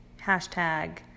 hashtag